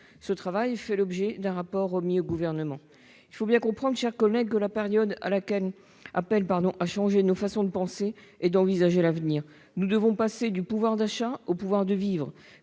Ce travail ferait l'objet d'un rapport remis au Gouvernement. Il faut bien comprendre, mes chers collègues, que la période nous appelle à changer nos façons de penser et d'envisager l'avenir. Nous devons passer du pouvoir d'achat au pouvoir de vivre,